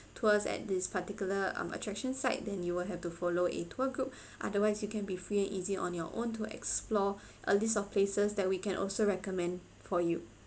tours at this particular um attraction site then you will have to follow a tour group otherwise you can be free and easy on your own to explore a list of places that we can also recommend for you